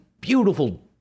beautiful